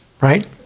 right